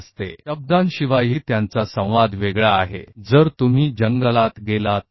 यहां तक कि बिना शब्दों के भी उनके पास अलग अलग संचार हैं ये सभी गुंजन ध्वनियां हैं